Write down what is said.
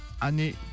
année